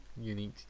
unique